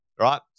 right